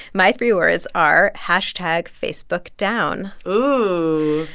my three words are hashtag facebook down oh,